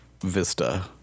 Vista